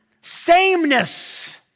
sameness